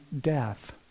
death